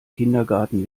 kindergarten